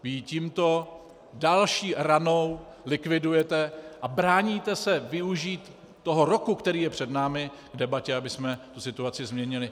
Vy ji tímto další ranou likvidujete a bráníte se využít toho roku, který je před námi, k debatě, abychom tu situaci změnili.